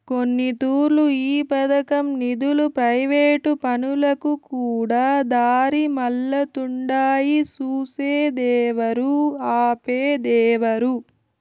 కొన్నితూర్లు ఈ పదకం నిదులు ప్రైవేటు పనులకుకూడా దారిమల్లతుండాయి సూసేదేవరు, ఆపేదేవరు